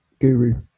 Guru